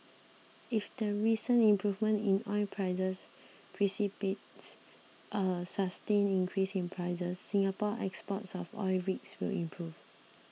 if the recent improvement in oil prices a sustained increase in prices Singapore's exports of oil rigs will improve